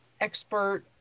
expert